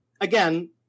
again